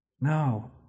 No